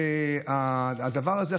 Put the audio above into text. הדבר הזה,